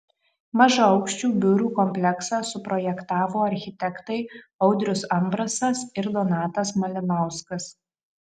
mažaaukščių biurų kompleksą suprojektavo architektai audrius ambrasas ir donatas malinauskas